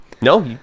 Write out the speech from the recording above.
no